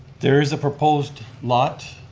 there is a proposed lot